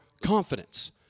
confidence